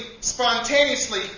spontaneously